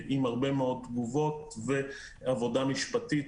עם הרבה מאוד תגובות ועבודה משפטית.